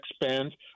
expand